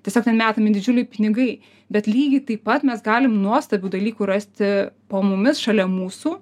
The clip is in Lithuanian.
tiesiog ten metami didžiuliai pinigai bet lygiai taip pat mes galim nuostabių dalykų rasti po mumis šalia mūsų